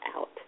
out